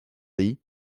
lee